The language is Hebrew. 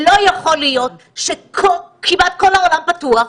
לא יכול להיות שכמעט כל העולם פתוח,